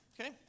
okay